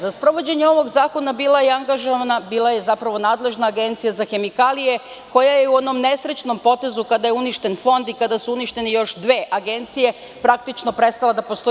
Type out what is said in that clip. Za sprovođenje ovog zakona bila je nadležna Agencija za hemikalije, koja je u onom nesrećnom potezu kada je uništen Fond i kada su uništene još dve agencije praktično prestala da postoji.